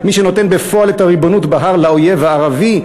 מי שנותן בפועל את הריבונות בהר לאויב הערבי,